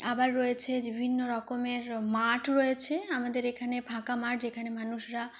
আবার রয়েছে বিভিন্ন রকমের মাঠ রয়েছে আমাদের এখানে ফাঁকা মাঠ যেখানে মানুষরা